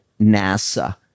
NASA